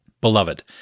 Beloved